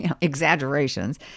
exaggerations